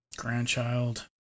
grandchild